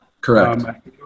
Correct